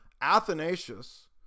Athanasius